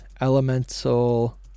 elemental